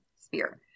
sphere